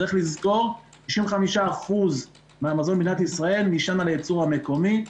צריך לזכור 95% מהמזון במדינת ישראל נשען את הייצור המקומי.